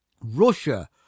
Russia